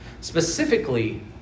specifically